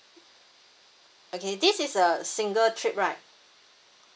okay this is a single trip right